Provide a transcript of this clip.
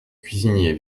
cuisinier